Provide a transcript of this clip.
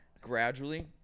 gradually